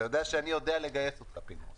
אתה יודע שאני יודע לגייס אותך, פינדרוס.